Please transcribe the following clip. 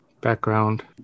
background